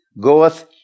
goeth